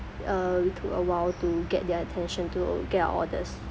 uh we took awhile to get their attention to get our orders